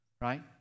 Right